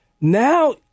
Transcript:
Now